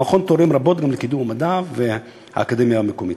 המכון תורם רבות גם לקידום המדע והאקדמיה המקומית.